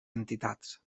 entitats